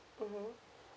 mmhmm